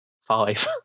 Five